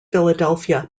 philadelphia